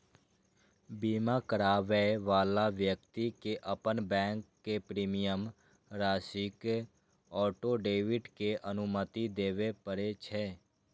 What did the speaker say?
बीमा कराबै बला व्यक्ति कें अपन बैंक कें प्रीमियम राशिक ऑटो डेबिट के अनुमति देबय पड़ै छै